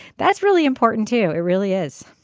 that's really important too. it really is.